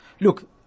Look